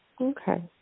Okay